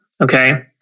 okay